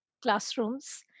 classrooms